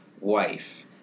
wife